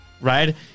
right